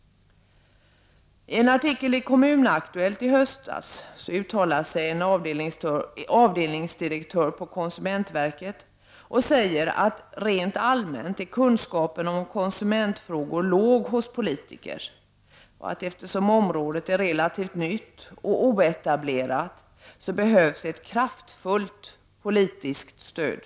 I en artikel i Kommunaktuellt i höstas uttalade sig en avdelningsdirektör på konsumentverket och sade att kunskapen om konsumentfrågor rent allmänt är liten hos politiker och att området, eftersom det är relativt nytt och oetablerat, behöver ett kraftfullt politiskt stöd.